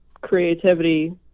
creativity